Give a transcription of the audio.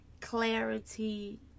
clarity